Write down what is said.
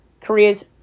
Korea's